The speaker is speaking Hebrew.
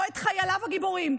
או את חייליו הגיבורים,